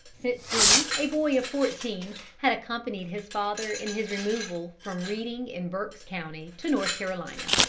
since he a boy of fourteen had accompanied his father in his removal from reading, in berk's county, to north carolina.